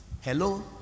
Hello